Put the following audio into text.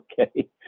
Okay